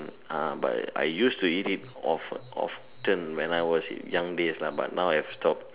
uh but I used to eat it of~ often when I was young days ah but now I've stopped